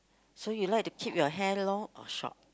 so you like to keep your hair long or short